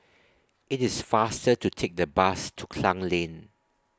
IT IS faster to Take The Bus to Klang Lane